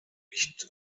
nicht